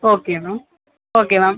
okay ma'am okay ma'am